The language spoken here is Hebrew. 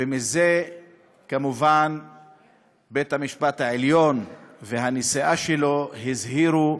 ומזה כמובן בית-המשפט העליון והנשיאה שלו הזהירו,